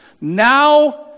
now